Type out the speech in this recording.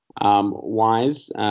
Wise